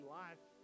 life